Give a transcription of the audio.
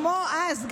כמו אז,